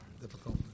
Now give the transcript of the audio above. difficult